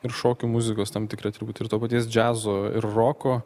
ir šokių muzikos tam tikra turbūt ir to paties džiazo ir roko